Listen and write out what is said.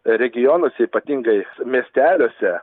regionuose ypatingai miesteliuose